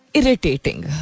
irritating